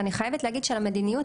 אני חייבת להגיד שלמדיניות,